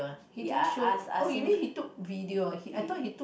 he didn't show oh you mean he took video oo I thought he took